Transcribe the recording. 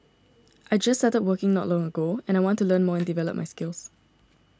I just started working not long ago and I want to learn more and develop my skills